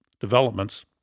developments